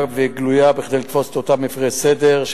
וגלויה כדי לתפוס את אותם מפירי סדר.